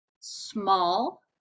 small